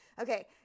Okay